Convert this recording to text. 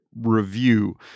review